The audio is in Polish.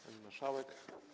Pani Marszałek!